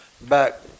back –